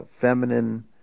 feminine